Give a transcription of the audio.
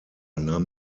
nahm